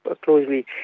closely